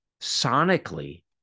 sonically